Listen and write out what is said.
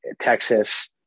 Texas